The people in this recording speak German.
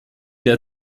der